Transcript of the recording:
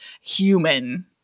human